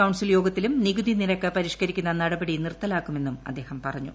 council യോഗത്തിലും നികുതി നിരക്ക് പരിഷ്ക്കരിക്കുന്ന നടപടി നിർത്തലാക്കുമെന്നും അദ്ദേഹം പറഞ്ഞു